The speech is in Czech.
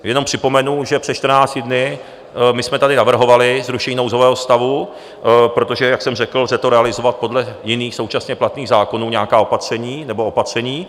Jenom připomenu, že před čtrnácti dny jsme tady navrhovali zrušení nouzového stavu, protože jak jsem řekl, lze to realizovat podle jiných současně platných zákonů, nějaká opatření.